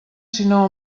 sinó